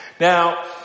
Now